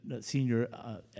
senior